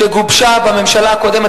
שגובשה בממשלה הקודמת,